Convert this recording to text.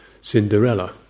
Cinderella